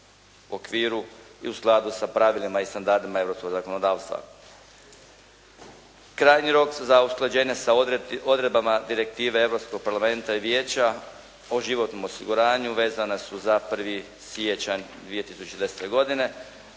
u skladu sa pravilima i standardima europskog zakonodavstva. Krajnji rok za usklađenje sa odredbama Direktive Europskog parlamenta i Vijeća o životnom osiguranju vezana su za 1. siječanj 2010. godine.